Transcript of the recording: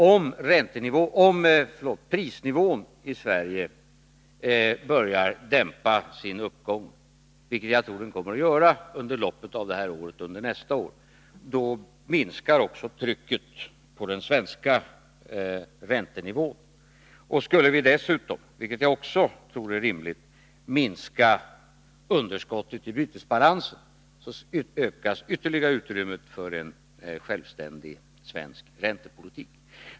Om uppgången i prisnivån i Sverige börjar dämpas — vilket jag tror blir fallet under loppet av det här året och under nästa år — då minskar också trycket på den svenska räntenivån. Skulle vi dessutom — vilket jag också tror är rimligt — minska underskottet i bytesbalansen, ökas utrymmet ytterligare för en självständig svensk räntepolitik.